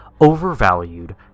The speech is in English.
overvalued